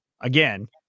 again